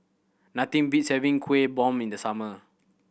nothing beats having Kuih Bom in the summer